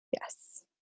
Yes